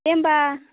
दे होनबा